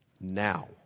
now